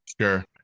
sure